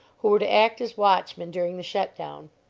who were to act as watchmen during the shut-down.